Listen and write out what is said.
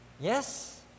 Yes